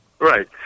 right